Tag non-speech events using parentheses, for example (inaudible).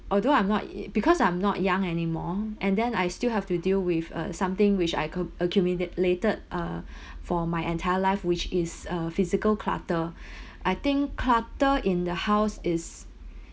although I'm not (noise) because I'm not young anymore and then I still have to deal with uh something which I could accumulated uh (breath) for my entire life which is uh physical clutter (breath) I think clutter in the house is (breath)